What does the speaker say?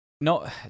No